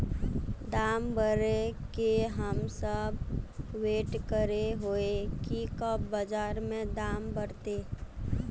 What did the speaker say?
दाम बढ़े के हम सब वैट करे हिये की कब बाजार में दाम बढ़ते?